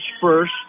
first